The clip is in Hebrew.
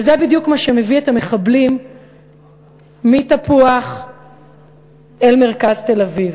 וזה בדיוק שמביא את המחבלים מתפוח אל מרכז תל-אביב.